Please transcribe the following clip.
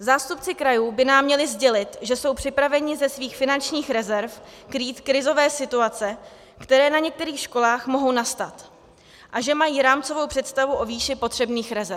Zástupci krajů by nám měli sdělit, že jsou připraveni ze svých finančních rezerv krýt krizové situace, které na některých školách mohou nastat, a že mají rámcovou představu o výši potřebných rezerv.